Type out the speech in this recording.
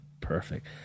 perfect